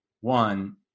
One